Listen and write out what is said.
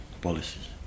policies